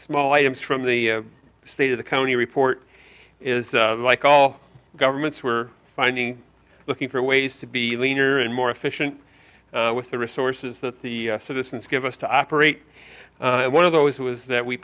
small items from the state of the county report is like all governments were finding looking for ways to be leaner and more efficient with the resources that the citizens give us to operate one of those was that we